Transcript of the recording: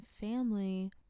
family